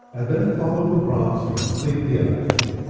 and then follow the prompts to complete the update.